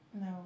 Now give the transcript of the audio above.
no